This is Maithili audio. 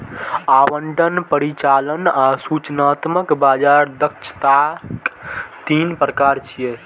आवंटन, परिचालन आ सूचनात्मक बाजार दक्षताक तीन प्रकार छियै